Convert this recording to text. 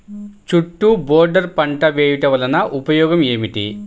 చుట్టూ బోర్డర్ పంట వేయుట వలన ఉపయోగం ఏమిటి?